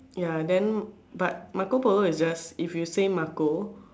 ya then but Marco polo is just if you say Marco